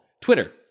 Twitter